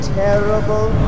terrible